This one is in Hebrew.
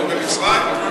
אנחנו במצרים?